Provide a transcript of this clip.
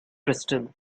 crystal